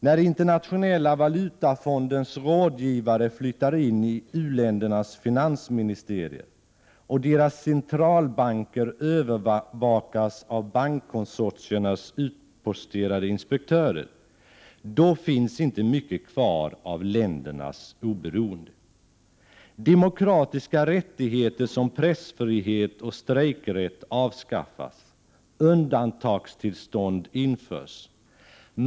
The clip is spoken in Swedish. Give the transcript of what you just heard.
När internationella valutafondens rådgivare flyttar in i u-ländernas finansministerier och när deras centralbanker övervakas av bankkonsortiernas utposterade inspektörer, finns det inte mycket kvar av ländernas oberoende. Sådana demokratiska rättigheter som pressfrihet och strejkrätt avskaffas. Undantagstillstånd införs.